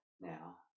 now